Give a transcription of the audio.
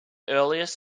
earliest